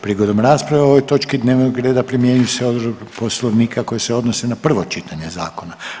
Prigodom rasprave o ovoj točki dnevnog reda primjenjuju se odredbe Poslovnika koje se odnose na prvo čitanje zakona.